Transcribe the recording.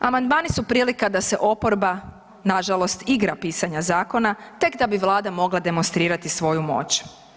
Amandmani su prilika da se oporba nažalost igra pisanja zakona tek da bi Vlada mogla demonstrirati svoju moć.